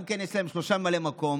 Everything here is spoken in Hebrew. גם כן יש להם שלושה ממלאי מקום,